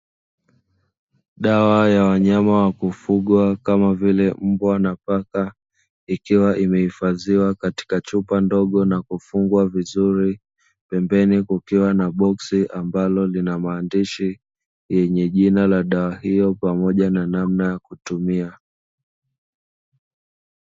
Dawa ya wanyama wa kufuga kama vile mbwa na paka ikiwa imehifadhiwa katika chupa ndogo na kufungwa vizuri pembeni kukiwa na boksi ambalo lina maandishi yenye jina la dawa hiyo pamoja na namna ya kutumia.